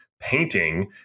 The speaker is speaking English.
painting